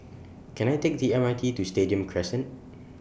Can I Take The M R T to Stadium Crescent